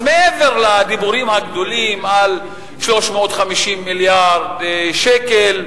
אז מעבר לדיבורים הגדולים על 350 מיליארד שקל,